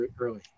early